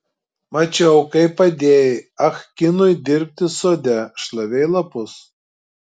mačiau kaip padėjai ah kinui dirbti sode šlavei lapus